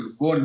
go